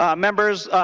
um members